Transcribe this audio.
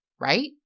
right